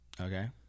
okay